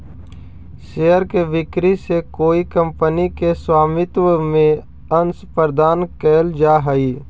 share के बिक्री से कोई कंपनी के स्वामित्व में अंश प्रदान कैल जा हइ